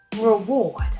reward